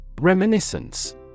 Reminiscence